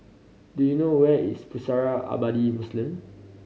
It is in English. do you know where is Pusara Abadi Muslim